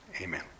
Amen